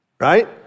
right